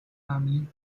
family